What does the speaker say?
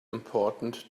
important